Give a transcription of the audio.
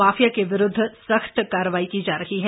mafia के विरूद्व सख्त कार्रवाई की जा रही है